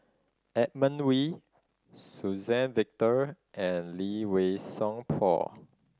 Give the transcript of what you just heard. Edmund Wee Suzann Victor and Lee Wei Song Paul